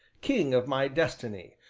king of my destiny,